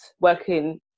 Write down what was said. working